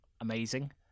amazing